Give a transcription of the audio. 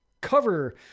cover